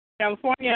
California